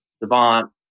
savant